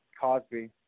Cosby